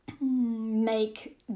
make